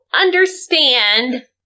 understand